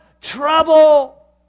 trouble